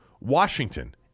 Washington